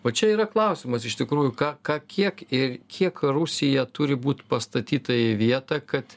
va čia yra klausimas iš tikrųjų ką ką kiek ir kiek rusija turi būt pastatyta į vietą kad